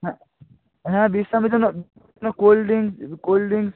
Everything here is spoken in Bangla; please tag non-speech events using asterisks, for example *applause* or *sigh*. হ্যাঁ হ্যাঁ বিশ্রামের জন্য *unintelligible* কোল্ড ড্রিংস কোল্ড ড্রিংস